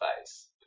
face